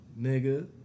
Nigga